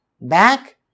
back